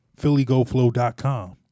phillygoflow.com